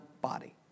body